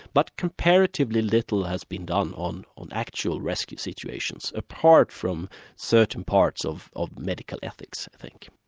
but comparatively little has been done on on actual rescue situations, apart from certain parts of of medical ethics i think.